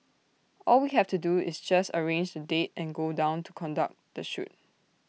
all we have to do is just arrange the date and go down to conduct the shoot